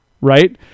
right